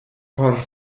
por